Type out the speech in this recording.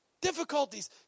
Difficulties